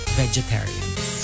vegetarians